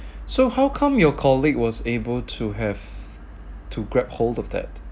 so how come your colleague was able to have to grab hold of that